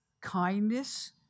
kindness